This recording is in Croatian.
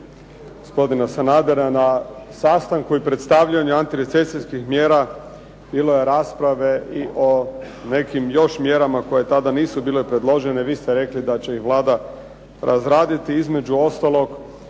gospodina Sanadera. Na sastanku i predstavljanju antirecesijskih mjera bilo je rasprave i o nekim još mjerama koje tada nisu bile predložene, vi ste rekli da će ih Vlada razraditi, između ostalog,